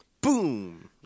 Boom